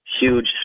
huge